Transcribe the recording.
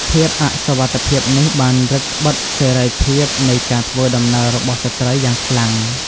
ភាពអសុវត្ថិភាពនេះបានរឹតត្បិតសេរីភាពនៃការធ្វើដំណើររបស់ស្ត្រីយ៉ាងខ្លាំង។